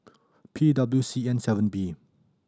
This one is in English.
P W C N seven B